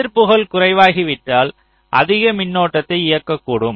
எதிர்ப்புகள் குறைவாகிவிட்டால் அதிக மின்னோட்டத்தை இயக்கக்கூடும்